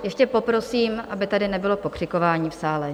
Ještě poprosím, aby tady nebylo pokřikování v sále.